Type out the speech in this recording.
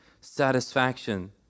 satisfaction